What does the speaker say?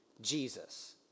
Jesus